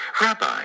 Rabbi